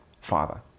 Father